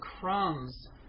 crumbs